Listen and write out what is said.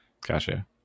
Gotcha